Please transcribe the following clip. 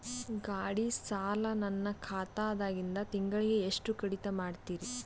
ಗಾಢಿ ಸಾಲ ನನ್ನ ಖಾತಾದಾಗಿಂದ ತಿಂಗಳಿಗೆ ಎಷ್ಟು ಕಡಿತ ಮಾಡ್ತಿರಿ?